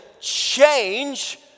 change